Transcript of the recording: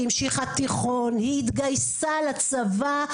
היא המשיכה לתיכון והתגייסה לצבא.